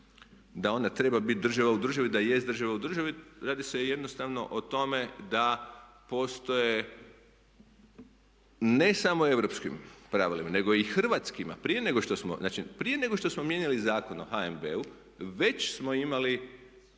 da ona treba biti država u državi, da jest država u državi, radi se jednostavno o tome da postoje, ne samo u europskim pravilima, nego i hrvatskima prije nego što smo, znači prije nego što smo mijenjali